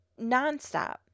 nonstop